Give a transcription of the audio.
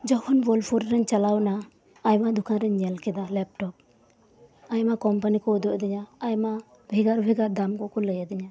ᱡᱚᱠᱷᱚᱱ ᱵᱳᱞᱯᱩᱨ ᱨᱮᱧ ᱪᱟᱞᱟᱣᱮᱱᱟ ᱟᱭᱢᱟ ᱫᱚᱠᱟᱱ ᱨᱮᱧ ᱧᱮᱞᱠᱮᱫᱟ ᱞᱮᱯᱴᱚᱯ ᱟᱭᱢᱟ ᱠᱚᱢᱯᱟᱱᱤ ᱠᱩ ᱩᱫᱩᱜ ᱟᱫᱤᱧᱟ ᱟᱭᱢᱟ ᱵᱷᱮᱜᱟᱨ ᱵᱷᱮᱜᱟᱨ ᱫᱟᱢ ᱠᱩᱠᱩ ᱞᱟᱹᱭ ᱟᱫᱤᱧᱟ